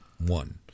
one